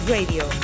Radio